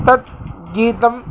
तत् गीतम्